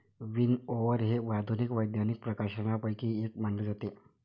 विनओवर हे आधुनिक वैज्ञानिक प्रकाशनांपैकी एक मानले जाते